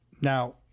now